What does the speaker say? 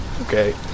Okay